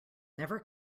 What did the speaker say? never